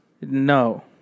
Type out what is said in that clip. No